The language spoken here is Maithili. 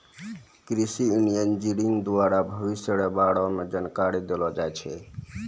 कृषि इंजीनियरिंग द्वारा भविष्य रो बारे मे जानकारी देलो जाय छै